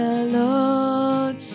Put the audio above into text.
alone